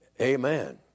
amen